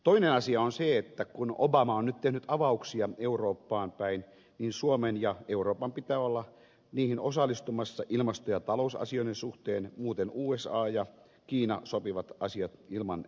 toinen asia on se että kun obama on nyt tehnyt avauksia eurooppaan päin niin suomen ja euroopan pitää olla niihin osallistumassa ilmasto ja talousasioiden suhteen muuten usa ja kiina sopivat asiat ilman eurooppaa